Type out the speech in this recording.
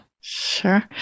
Sure